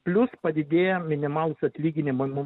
plius padidėję minimalūs atlyginimai mum